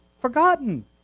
Forgotten